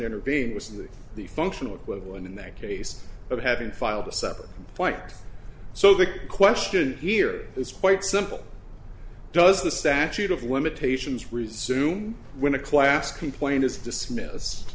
intervene was that the functional equivalent in that case of having filed a separate point so the question here is quite simple does the statute of limitations resume when a class complaint is dismiss